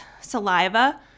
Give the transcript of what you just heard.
saliva